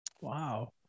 Wow